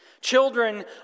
Children